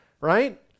right